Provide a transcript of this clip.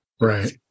Right